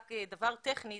רק דבר טכני,